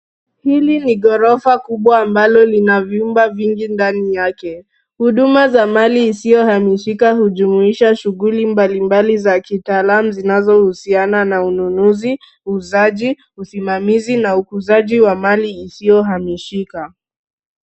Hili ni gorofa kubwa ambalo lina vyumba vingi ndani yake huduma za mali isiyohamishika hujumuisha shughuli mbali mbali za kitaalam zinazohusiana na ununuzi, uuzaji na usimamizi na ukuzaji wa mali isiyohamishika.